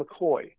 McCoy